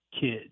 kids